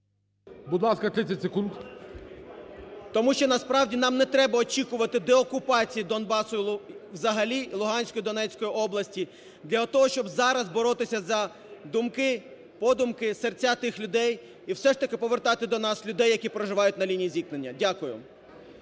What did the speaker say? Будь ласка, 30 секунд. НАЙЄМ М. … тому що, насправді, нам не треба очікувати деокупації Донбасу взагалі і Луганської, і Донецької області для того, щоб зараз боротися за думки, подумки, серця тих людей, і все ж таки повертати до нас людей, які проживають на лінії зіткнення. Дякую.